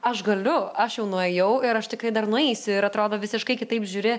aš galiu aš jau nuėjau ir aš tikrai dar nueisiu ir atrodo visiškai kitaip žiūri